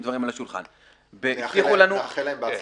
מאחל להם הצלחה.